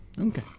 Okay